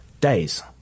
days